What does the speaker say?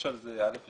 יש על זה פסיקה.